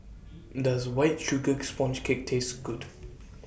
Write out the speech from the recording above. Does White Sugar Sponge Cake Taste Good